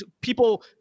people